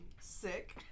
Sick